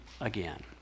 again